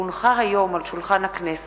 כי הונחה היום על שולחן הכנסת,